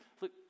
look